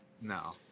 No